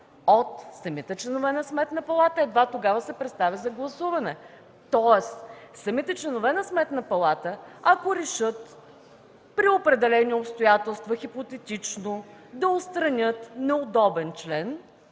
от самите членове на Сметната палата и едва тогава се представя за гласуване. Самите членове на Сметната палата, ако решат при определени обстоятелства, хипотетично, да отстранят неудобен член,